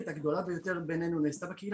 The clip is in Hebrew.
כי אני חושבת שקנסות מינהליים זה פתרון בהרבה מקומות.